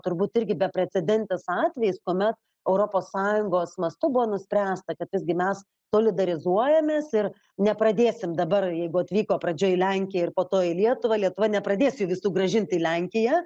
turbūt irgi beprecedentis atvejis kuomet europos sąjungos mastu buvo nuspręsta kad visgi mes solidarizuojamės ir nepradėsim dabar jeigu atvyko pradžioj į lenkiją ir po to į lietuvą lietuva nepradės jų visų grąžint į lenkiją